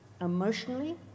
emotionally